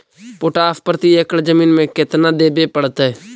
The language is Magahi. पोटास प्रति एकड़ जमीन में केतना देबे पड़तै?